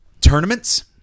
tournaments